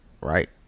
Right